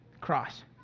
cross